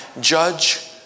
judge